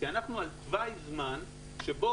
כי אנחנו על תוואי זמן שבו,